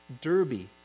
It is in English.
derby